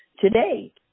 today